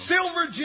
Silver